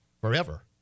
forever